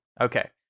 Okay